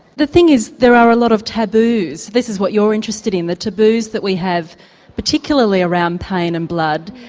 the thing is there are a lot of taboos, this is what you're interested in, the taboos that we have particularly around pain and blood.